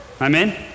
Amen